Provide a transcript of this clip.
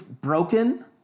broken